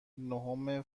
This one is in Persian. نهم